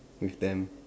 with them